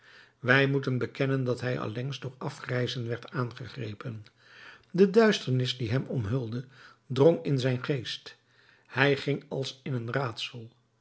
wij moeten bekennen dat hij allengs door afgrijzen werd aangegrepen de duisternis die hem omhulde drong in zijn geest hij ging als in een raadsel